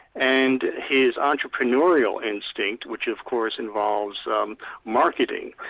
and his entrepreneurial instinct, which of course involves um marketing.